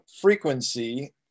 frequency